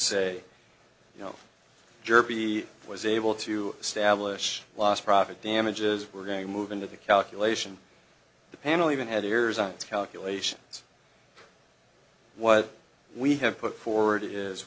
say you know derby was able to establish last profit damages we're going to move into the calculation the panel even had years on its calculations what we have put forward is